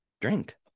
drink